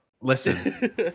Listen